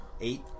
eight